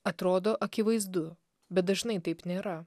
atrodo akivaizdu bet dažnai taip nėra